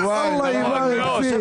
שקלים.